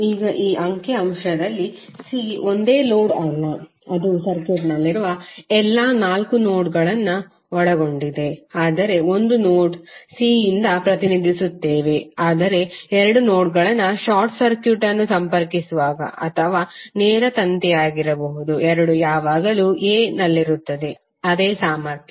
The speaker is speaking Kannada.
ಈಗ ಈ ಅಂಕಿ ಅಂಶದಲ್ಲಿ c ಒಂದೇ ಲೋಡ್ ಅಲ್ಲ ಅದು ಸರ್ಕ್ಯೂಟ್ನಲ್ಲಿರುವ ಎಲ್ಲಾ ನಾಲ್ಕು ನೋಡ್ಗಳನ್ನು ಒಳಗೊಂಡಿದೆ ಆದರೆ ಒಂದೇ ನೋಡ್ c ಯಿಂದ ಪ್ರತಿನಿಧಿಸುತ್ತೇವೆ ಆದರೆ ಎರಡು ನೋಡ್ಗಳನ್ನು ಶಾರ್ಟ್ ಸರ್ಕ್ಯೂಟ್ ಅನ್ನು ಸಂಪರ್ಕಿಸುವಾಗ ಅಥವಾ ನೇರ ತಂತಿಯಾಗಿರಬಹುದು ಎರಡೂ ಯಾವಾಗಲೂ a ನಲ್ಲಿರುತ್ತದೆ ಅದೇ ಸಾಮರ್ಥ್ಯ